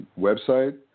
website